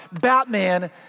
Batman